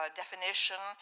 definition